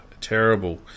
Terrible